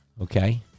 Okay